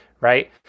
right